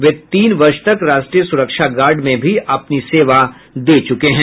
वे तीन वर्ष तक राष्ट्रीय सुरक्षा गार्ड में भी अपनी सेवा दे चुके थे